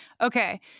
Okay